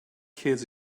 kids